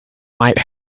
might